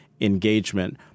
engagement